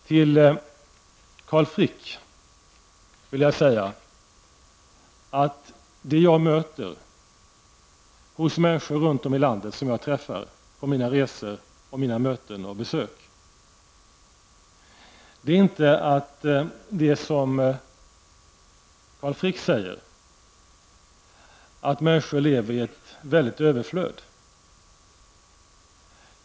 Till Carl Frick vill jag säga att det jag möter bland människor runt om i landet som jag träffar på mina resor, möten och besök är inte det som Carl Frick säger, att människor lever i ett stort överflöd.